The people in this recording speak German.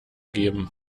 geben